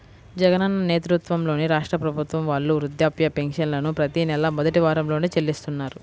జగనన్న నేతృత్వంలోని రాష్ట్ర ప్రభుత్వం వాళ్ళు వృద్ధాప్య పెన్షన్లను ప్రతి నెలా మొదటి వారంలోనే చెల్లిస్తున్నారు